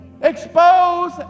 Expose